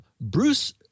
Bruce